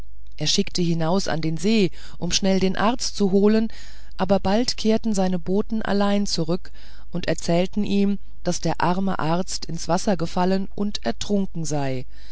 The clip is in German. er schickte hinaus an den see um schnell den arzt zu holen aber bald kehrten seine boten allein zurück und erzählten ihm daß der arme arzt ins wasser gefallen und ertrunken sei